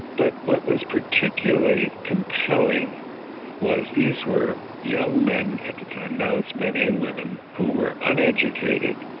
but what was particularly compelling was these were young men at the time, now it's men and women, who were uneducated,